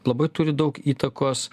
labai turi daug įtakos